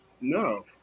No